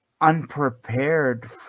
Unprepared